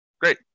Great